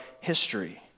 history